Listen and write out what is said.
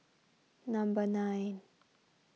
number nine